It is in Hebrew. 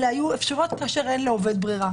אלה היו אפשרויות כאשר אין לעובד ברירה.